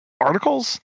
articles